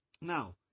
Now